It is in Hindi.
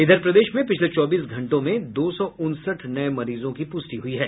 इधर प्रदेश में पिछले चौबीस घंटों में दो सौ उनसठ नये मरीजों की प्रष्टि हुई है